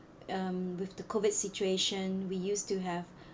um with the COVID situation we used to have